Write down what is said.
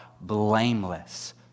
blameless